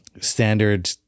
standard